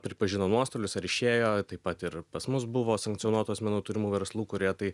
pripažino nuostolius ar išėjo taip pat ir pas mus buvo sankcionuotų asmenų turimų verslų kurie tai